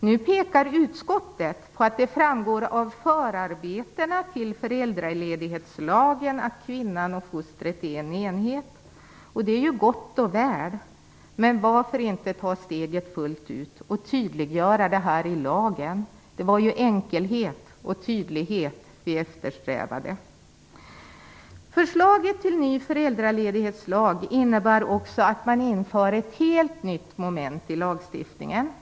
Nu pekar utskottet på att det framgår av förarbetena till föräldraledighetslagen att kvinnan och fostret är en enhet. Det är ju gott och väl, men varför inte ta steget fullt ut och tydliggöra detta i lagen? Det var ju enkelhet och tydlighet vi eftersträvade. Förslaget till en ny föräldraledighetslag innebär också att man för in ett helt nytt moment i lagstiftningen.